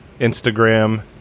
Instagram